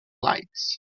lights